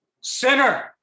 sinner